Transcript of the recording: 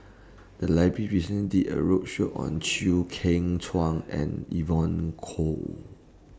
The Library recently did A roadshow on Chew Kheng Chuan and Evon Kow